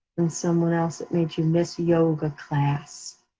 and someone else that makes you miss yoga class.